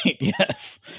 Yes